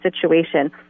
situation